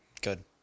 Good